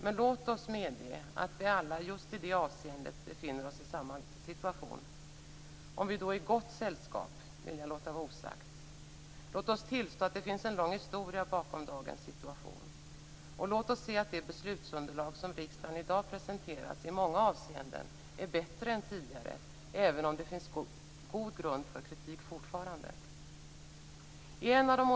Men låt oss medge att vi alla just i det avseendet befinner oss i samma situation. Om vi då är i gott sällskap, vill jag låta vara osagt. Låt oss tillstå att det finns en lång historia bakom dagens situation. Låt oss se att det beslutsunderlag som riksdagen i dag presenteras i många avseenden är bättre än tidigare även om det finns god grund för kritik fortfarande.